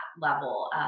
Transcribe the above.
level